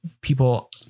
people